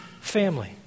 family